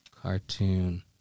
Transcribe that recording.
cartoon